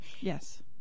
Yes